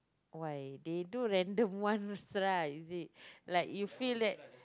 why they do random one first lah is it like you feel that